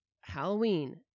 Halloween